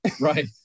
Right